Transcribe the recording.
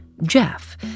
Jeff